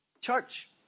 church